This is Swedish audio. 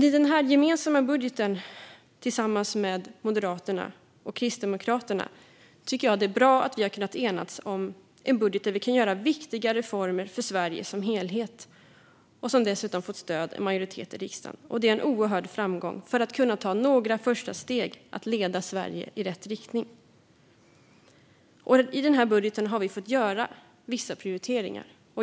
I den här gemensamma budgeten, som vi har tillsammans med Moderaterna och Kristdemokraterna, tycker jag att det är bra att vi har kunnat enas om viktiga reformer för Sverige som helhet och som dessutom fått stöd av en majoritet i Sveriges riksdag. Det är en oerhörd framgång för att vi ska kunna ta några första steg i att leda Sverige i rätt riktning. I den här budgeten har vi fått göra vissa prioriteringar.